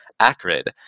acrid